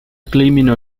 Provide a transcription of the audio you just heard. criminal